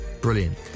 Brilliant